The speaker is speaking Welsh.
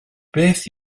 beth